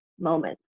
Moment